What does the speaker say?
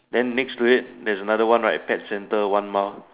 then next to it there's another one right pet center one mile